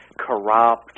corrupt